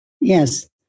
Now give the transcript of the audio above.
Yes